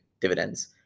dividends